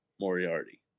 Moriarty